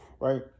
right